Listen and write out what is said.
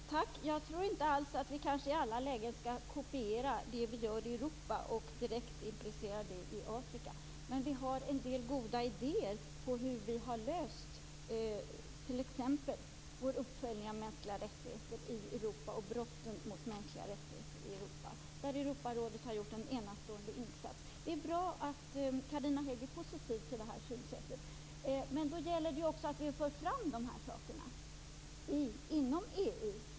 Herr talman! Jag tror inte alls att vi i alla lägen skall kopiera det som vi gör i Europa och direkt implicera det i Afrika. Men det finns en del goda idéer om hur man har utfört t.ex. uppföljningen av de mänskliga rättigheterna och brotten mot dessa i Europa. Europarådet har ju gjort en enastående insats här. Det är bra att Carina Hägg är positiv till det synsättet. Men det gäller också att föra fram de här sakerna inom EU.